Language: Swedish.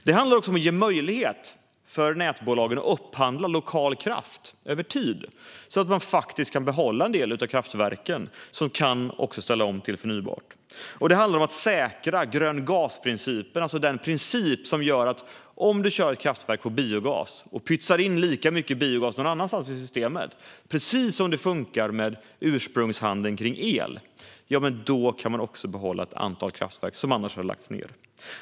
Det handlar också om att ge möjlighet för nätbolagen att upphandla lokal kraft över tid så att man faktiskt kan behålla en del av kraftverken och också ställa om till förnybart. Det handlar om att säkra grön-gas-principen, alltså den princip som gör att om man kör ett kraftverk på biogas och pytsar in lika mycket biogas någon annanstans i systemet - precis som det funkar med ursprungshandeln kring el - kan man också behålla ett antal kraftverk som annars hade lagts ned.